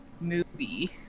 movie